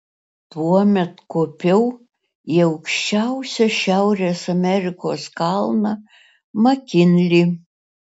tuomet kopiau į aukščiausią šiaurės amerikos kalną makinlį